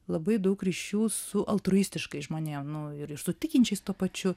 labai daug ryšių su altruistiškais žmonėm nu ir su tikinčiais tuo pačiu